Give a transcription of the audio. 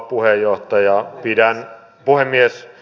arvoisa rouva puhemies